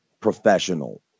professional